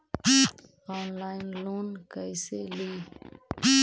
Online loan कैसे ली?